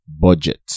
Budget